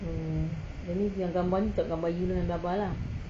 uh jadi yang gambar untuk gambar you dengan abah lah